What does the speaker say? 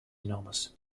enormous